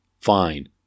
Fine